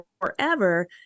forever